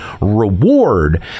reward